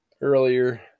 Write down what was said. earlier